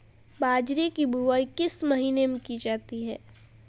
बाजरे की बुवाई किस महीने में की जाती है?